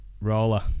Roller